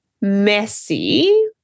messy